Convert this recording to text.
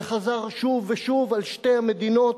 וחזר שוב ושוב על שתי המדינות,